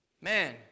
Man